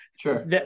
sure